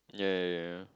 ya ya ya